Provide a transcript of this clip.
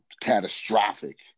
catastrophic